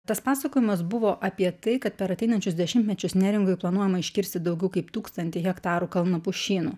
tas pasakojimas buvo apie tai kad per ateinančius dešimtmečius neringoj planuojama iškirsti daugiau kaip tūkstantį hektarų kalnapušynų